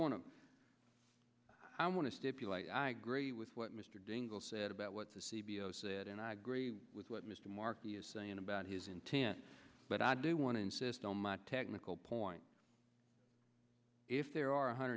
certainly i want to stipulate i agree with what mr dingell said about what the c b s said and i agree with what mr markey is saying about his intent but i do want to insist on my technical point if there are one hundred